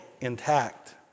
intact